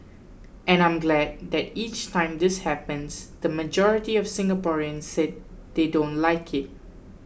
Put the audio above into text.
and I'm glad that each time this happens the majority of Singaporeans say they don't like it